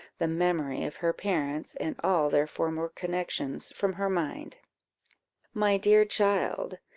the memory of her parents, and all their former connections, from her mind my dear child,